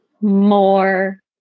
more